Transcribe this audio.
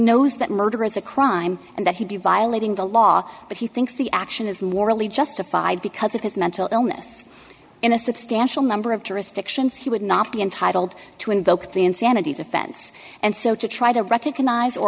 knows that murder is a crime and that he be violating the law but he thinks the action is morally justified because of his mental illness in a substantial number of jurisdictions he would not be entitled to invoke the insanity defense and so to try to recognize or